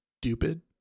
Stupid